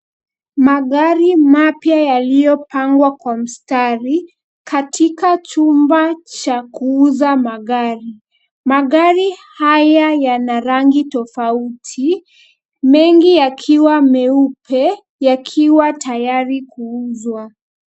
Magari mapya yaliyopangwa kwa mstari katika chumba cha kuuza magari. Magari haya yana rangi tofauti, mengi yakiwa meupe yakiwa tayari kuuzwa.